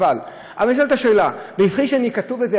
אבל נשאלת השאלה: מפני שכתוב את זה,